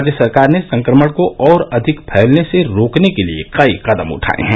राज्य सरकार ने संक्रमण को और अधिक फैलने को रोकने के लिए कई कदम उठाए हैं